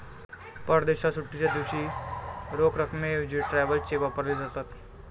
परदेशात सुट्टीच्या दिवशी रोख रकमेऐवजी ट्रॅव्हलर चेक वापरले जातात